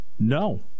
No